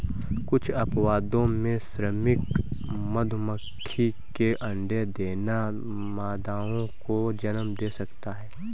कुछ अपवादों में, श्रमिक मधुमक्खी के अंडे देना मादाओं को जन्म दे सकता है